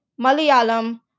Malayalam